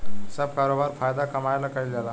सब करोबार फायदा कमाए ला कईल जाल